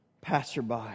passerby